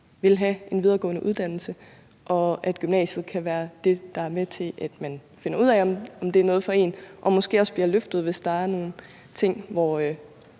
vil have en videregående uddannelse, og at gymnasiet kan være det, der er med til, at man finder ud af, om det er noget for en, og at man måske også bliver løftet, hvis der er nogle steder, hvor